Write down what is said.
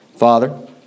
Father